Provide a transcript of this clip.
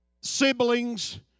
siblings